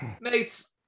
mates